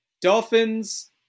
Dolphins